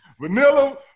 Vanilla